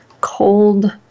cold